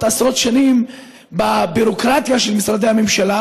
עשרות שנים בביורוקרטיה של משרדי הממשלה,